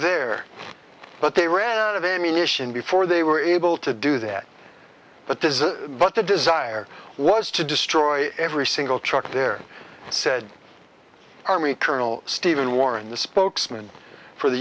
there but they ran out of ammunition before they were able to do that but this is what the desire was to destroy every single truck there said army colonel stephen warren the spokesman for the